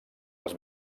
les